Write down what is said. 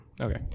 Okay